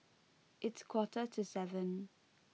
its quarter to seven